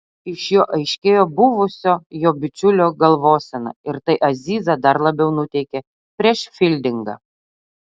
iš jo aiškėjo buvusio jo bičiulio galvosena ir tai azizą dar labiau nuteikė prieš fildingą